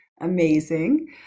amazing